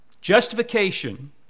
Justification